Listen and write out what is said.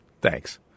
Thanks